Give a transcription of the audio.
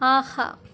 ஆஹா